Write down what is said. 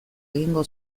egingo